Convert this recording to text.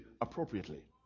appropriately